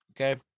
Okay